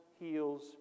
heals